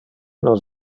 nos